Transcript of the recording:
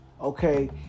okay